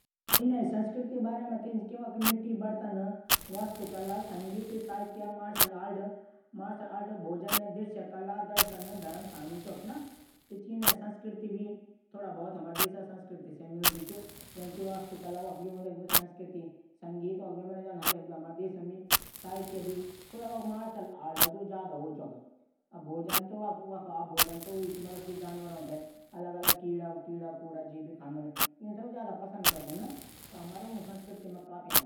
तुम थै याद जब तुमन अपड ड्रीम वैकेशन छुट्टियों बारा मा बताई तब मिन क्या बोली छाई तमकू कि वीं जगह जैन मसूरी घूमणू कुने मसूरी तुमन मेथे बोली छाई की क्वी जगह बथा अचछी जगह मिन तुमकुन बोली छाई सहसत्रधारा या शिमला जा घुमण कुने और छुट्टी बिताणु कु तू हमरू पौड़ी गढ़वाल या इं जगा जा जख अचछू लगलू।